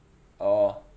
oh